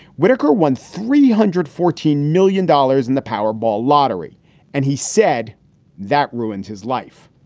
whitaker won three hundred fourteen million dollars in the powerball lottery and he said that ruined his life.